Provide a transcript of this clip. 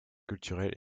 culturel